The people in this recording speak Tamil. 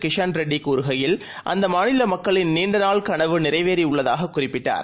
கிஷான்ரெட்டிகூறுகையில் அந்தமாநிலமக்களின்நீண்டநாள்கனவுநிறைவேறியுள்ளதாககுறிப்பிட்டார்